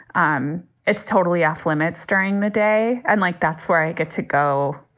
um it's totally off limits during the day. and like, that's where i get to go.